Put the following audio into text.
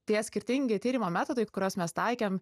tie skirtingi tyrimo metodai kuriuos mes taikėm